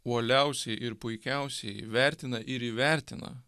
uoliausiai ir puikiausiai vertina ir įvertina